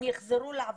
הן יחזרו לעבוד.